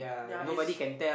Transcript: ya is